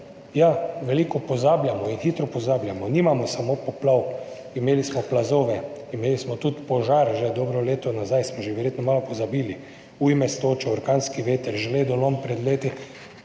Ja, veliko pozabljamo in hitro pozabljamo, nimamo samo poplav, imeli smo plazove, imeli smo tudi požar že dobro leto nazaj, smo že verjetno malo pozabili, ujme s točo, orkanski veter, žledolom pred leti,